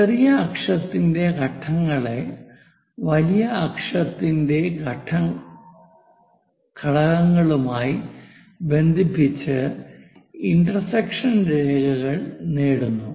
ചെറിയ അക്ഷത്തിന്റെ ഘടകങ്ങളെ വലിയ അക്ഷത്തിന്റെ ഘടകങ്ങളുമായി ബന്ധിപ്പിച്ച് ഇന്റർസെക്ഷൻ രേഖകൾ നേടുന്നു